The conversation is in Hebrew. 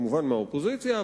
כמובן מהאופוזיציה,